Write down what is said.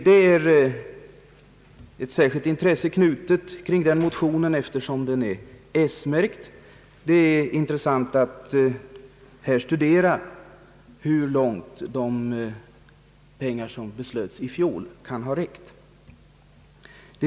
Det förefaller här vara ett särskilt intresse knutet kring dessa likalydande motioner, eftersom de är smärkta. Det är angeläget att studera hur långt de pengar som beviljades i fjol kan ha räckt.